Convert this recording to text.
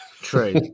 True